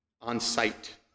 on-site